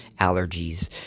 allergies